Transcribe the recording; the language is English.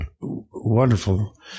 wonderful